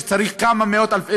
שצריך כמה מאות-אלפי,